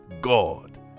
God